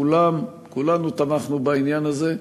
כולם, כולנו תמכנו בעניין הזה.